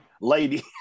lady